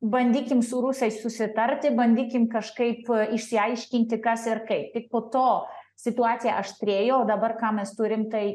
bandykim su rusais susitarti bandykim kažkaip išsiaiškinti kas ir kaip tik po to situacija aštrėja o dabar ką mes turim tai